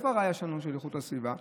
איפה הראיה שלנו שלא איכות הסביבה?